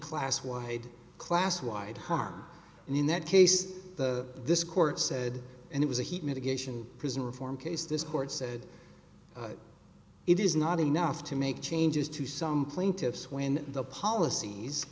class wide class wide harm and in that case the this court said and it was a heat mitigation prison reform case this court said it is not enough to make changes to some plaintiffs when the policies